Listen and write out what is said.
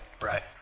Right